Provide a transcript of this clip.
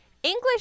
English